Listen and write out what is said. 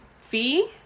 fee